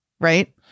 right